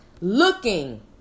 looking